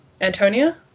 Antonia